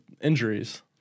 injuries